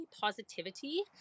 positivity